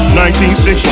1960